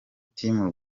team